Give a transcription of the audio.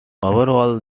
overall